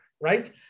right